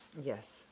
Yes